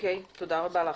תודה רבה לך.